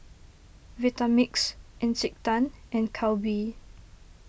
Vitamix Encik Tan and Calbee